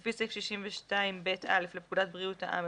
לפי סעיף 62ב(א) לפקודת בריאות העם,